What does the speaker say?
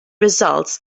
results